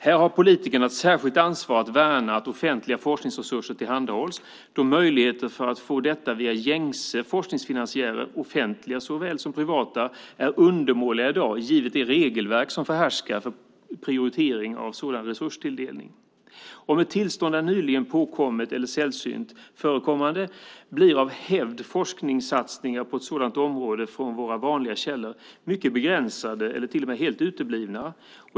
Här har politikerna ett särskilt ansvar för att värna att offentliga forskningsresurser tillhandahålls då möjligheterna att få detta via gängse forskningsfinansiärer, såväl offentliga som privata, är undermåliga i dag givet det regelverk som är förhärskande beträffande prioritering av sådan resurstilldelning. Om ett tillstånd är nyligen påkommet eller sällsynt förekommande blir av hävd forskningssatsningar på ett sådant område från våra vanliga källor mycket begränsade. De kan till och med helt utebli.